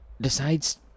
decides